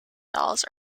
dolls